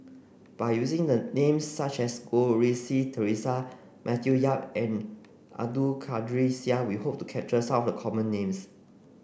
by using the names such as Goh Rui Si Theresa Matthew Yap and Abdul Kadir Syed we hope to capture some of the common names